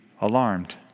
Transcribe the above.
alarmed